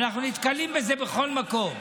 אנחנו נתקלים בזה בכל מקום.